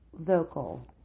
vocal